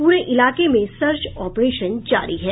पूरे इलाके में सर्च ऑपरेशन जारी है